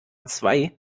zwei